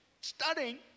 studying